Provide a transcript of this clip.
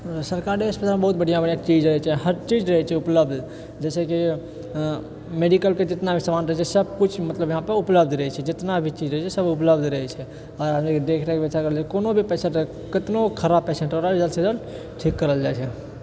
सरकारी अस्पतालमे बहुत बढ़िआँ बढ़िआँ चीज रहैत छै हर चीज रहैत छै उपलब्ध जैसे कि मेडिकलके जितना भी समान रहैत छै सब किछु मतलब यहाँ पर उपलब्ध रहैत छै जतना भी चीज रहैत छै सब उपलब्ध रहैत छै हर आदमीके देखरेख भी कोनो भी पेसेन्ट रहऽ कतनो भी खराब पेसेन्ट रहऽ ओकरा जल्दसँ जल्द ठीक करल जाइत छै